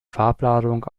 farbladung